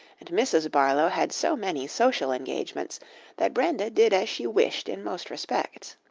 and mrs. barlow had so many social engagements that brenda did as she wished in most respects.